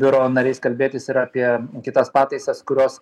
biuro nariais kalbėtis ir apie kitas pataisas kurios